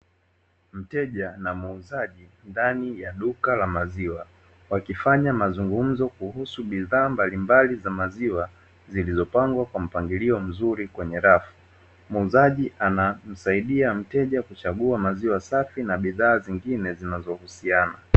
Mteja na muuzaji ndani ya duka la maziwa wakifanya mazungumzo kuhusu bidhaa mbalimbali za maziwa zilizopangwa kwa mpangilio mzuri kwenye rafu ,muuzaji anamsaidia mteja kuchagua maziwa safi na bidhaa zingine zinazohusiana.